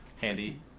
handy